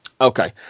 Okay